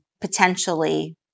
potentially